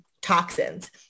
toxins